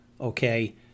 okay